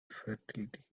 fertility